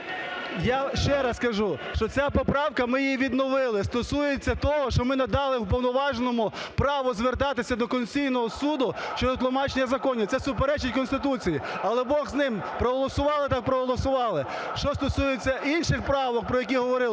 Я ще раз кажу, що ця поправка, ми її відновили, стосується того, що ми надали Уповноваженому право звертатися до Конституційного Суду щодо тлумачення законів, це суперечить Конституції. Але бог з ним, проголосували так проголосували. Що стосується інших правок, про які говорилося,